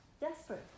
desperate